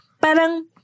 parang